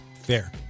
Fair